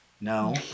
No